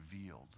revealed